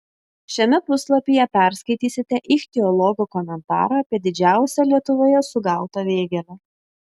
šiame puslapyje perskaitysite ichtiologo komentarą apie didžiausią lietuvoje sugautą vėgėlę